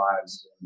lives